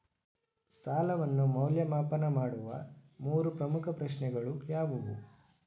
ಸಾಲವನ್ನು ಮೌಲ್ಯಮಾಪನ ಮಾಡುವ ಮೂರು ಪ್ರಮುಖ ಪ್ರಶ್ನೆಗಳು ಯಾವುವು?